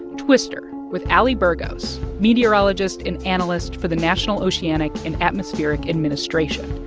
twister, with ali burgos, meteorologist and analyst for the national oceanic and atmospheric administration.